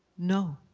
no.